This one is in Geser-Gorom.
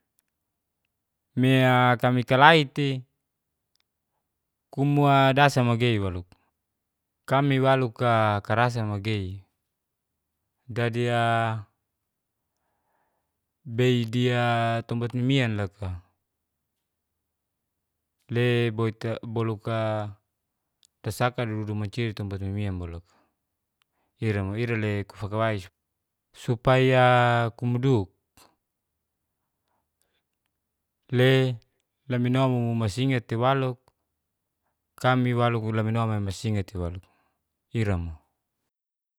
Meakami kalaiti kumu'a dasa magei walo, kami walo'a karasa magei. Jadi'a beidia tompat mimian loka, le boluka tasaka dudu mancia ditompat mimian walo ira le kufakawais supaya kumuduk', le lamino mumu masinga gtei walo, kami walo masinga tei walo, ira mo.